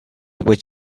with